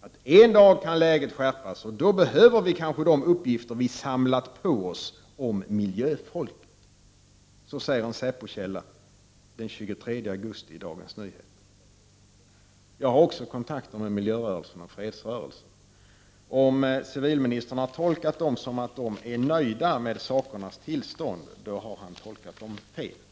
att läget en dag kan skärpas, så att de uppgifter kanske behövs som säpo har samlat på sig om miljöfolket. Jag har också kontakter med miljörörelsen och fredsrörelsen. Om civilministern har tolkat det som att de är nöjda med sakernas tillstånd har han tolkat det hela fel.